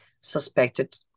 suspected